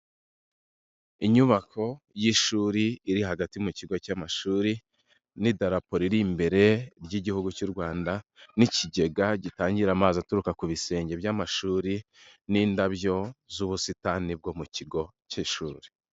Inyubako y'ishuri iri hagati mu kigo cy'amashuri n'idarapo riri imbere ry'igihugu cy'u Rwanda n'ikigega gitangira amazi aturuka ku bisenge by'amashuri n'indabyo z'ubusitani bwo mu kigo k'ishuri.